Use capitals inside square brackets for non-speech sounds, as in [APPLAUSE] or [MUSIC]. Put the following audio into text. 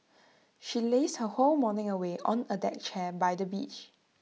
[NOISE] she lazed her whole morning away on A deck chair by the beach